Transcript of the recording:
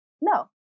No